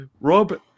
Rob